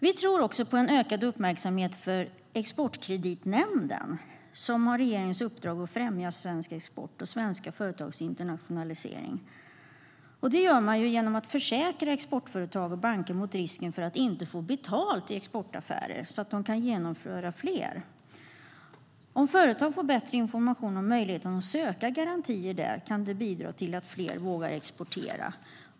Vi tror också på en ökad uppmärksamhet för Exportkreditnämnden, som har regeringens uppdrag att främja svensk export och svenska företags internationalisering. Det gör man genom att försäkra exportföretag och banker mot risken att inte få betalt i exportaffärer, så att de kan genomföra fler. Om företag får bättre information om möjligheten att söka garantier där kan det bidra till att fler vågar exportera.